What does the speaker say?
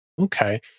Okay